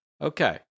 Okay